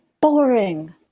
boring